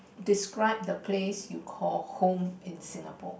describe the place you call home in Singapore